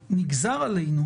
ארגוני נוער,